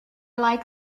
like